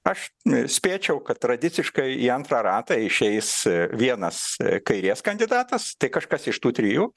aš spėčiau kad tradiciškai į antrą ratą išeis vienas kairės kandidatas tai kažkas iš tų trijų